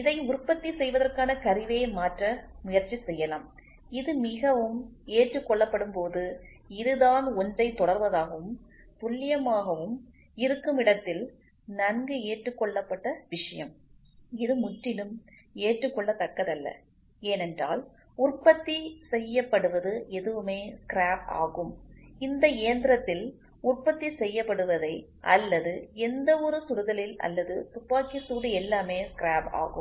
இதை உற்பத்தி செய்வதற்கான கருவியை மாற்ற முயற்சி செய்யலாம் இது மிகவும் ஏற்றுக்கொள்ளப்படும்போது இதுதான் ஒன்றை தொடர்வதாகவும் துல்லியமாகவும் இருக்கும் இடத்தில் நன்கு ஏற்றுக்கொள்ளப்பட்ட விஷயம் இது முற்றிலும் ஏற்றுக்கொள்ளத்தக்கதல்ல ஏனென்றால் உற்பத்தி செய்யப்படுவது எதுவுமே ஸ்கிராப் ஆகும் இந்த இயந்திரத்தில் உற்பத்தி செய்யப்படுவதை அல்லது எந்தவொரு ஒரு சுடுதலில் அல்லது துப்பாக்கிச் சூடு எல்லாமே ஸ்கிராப் ஆகும்